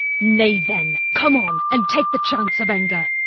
nay, then, come on, and take the chance of anger.